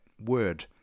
word